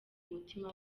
umutima